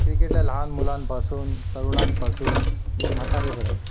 क्रिकेटला लहान मुलांपासून तरुणांपासून जे म्हाताऱ्यांपर्यंत